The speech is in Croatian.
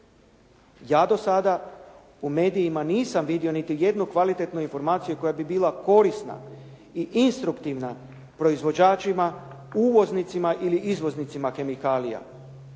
Ja do sada u medijima nisam vidio niti jednu kvalitetnu informaciju koja bi bila korisna i instruktivna proizvođačima, uvoznicima ili izvoznicima kemikalija.